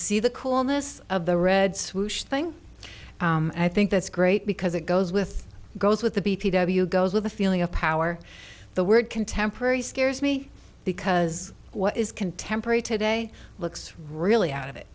see the coolness of the red swoosh thing i think that's great because it goes with goes with the b t w goes with a feeling of power the word contemporary scares me because what is contemporary today looks really out of it